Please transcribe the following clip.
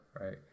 right